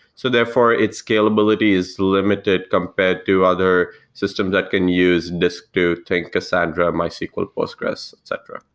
so therefore it scalability is limited compared to other system that can use this to take cassandra, mysql, postgres, etc.